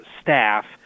staff